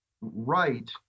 right